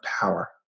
power